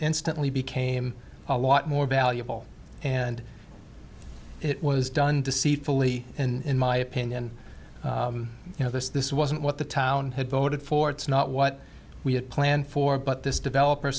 instantly became a lot more valuable and it was done to see fully in my opinion you know this this wasn't what the town had voted for it's not what we had planned for but this developer